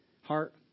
heart